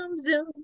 Zoom